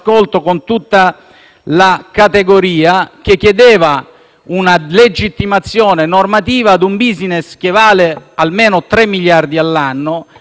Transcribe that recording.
una legittimazione normativa ad un *business* che vale almeno 3 miliardi all'anno e che muove già 15 milioni di turisti.